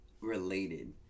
related